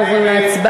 אנחנו עוברים להצבעה.